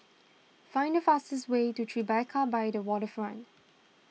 find the fastest way to Tribeca by the Waterfront